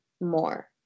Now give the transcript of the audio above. more